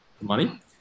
money